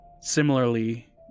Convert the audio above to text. similarly